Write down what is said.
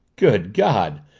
good god!